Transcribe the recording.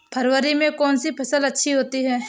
फरवरी में कौन सी फ़सल अच्छी होती है?